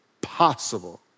possible